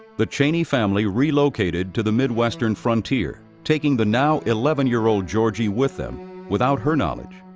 the cheney family relocated to the midwestern frontier, taking the now eleven-year-old georgie with them without her knowledge,